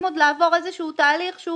עוד לעבור איזשהו תהליך בתוך הממשלה,